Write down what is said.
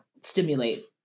stimulate